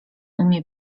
umie